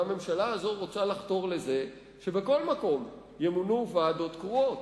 והממשלה הזו רוצה לחתור לזה שבכל מקום ימונו ועדות קרואות.